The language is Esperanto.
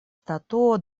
statuo